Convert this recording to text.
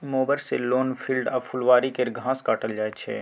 mower सँ lawn, field आ फुलबारी केर घास काटल जाइ छै